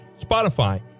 Spotify